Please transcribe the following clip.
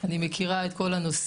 אני מכירה את כל הנושאים,